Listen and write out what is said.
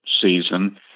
season